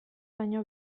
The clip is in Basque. baino